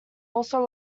also